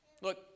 Look